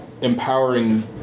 empowering